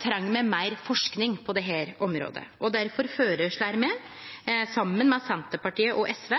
treng me meir forsking på dette området. Difor føreslår me, saman med Senterpartiet og SV,